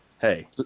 Hey